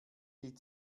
die